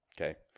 okay